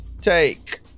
take